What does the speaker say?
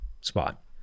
spot